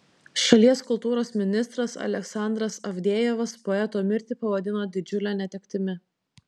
šalies kultūros ministras aleksandras avdejevas poeto mirtį pavadino didžiule netektimi